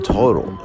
total